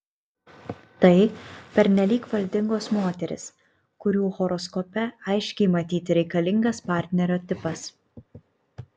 tai pernelyg valdingos moterys kurių horoskope aiškiai matyti reikalingas partnerio tipas